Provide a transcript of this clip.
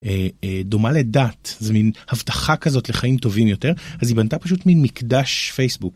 דומה לדעת זה מן הבטחה כזאת לחיים טובים יותר אז היא בנתה פשוט מן מקדש פייסבוק.